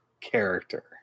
character